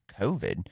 COVID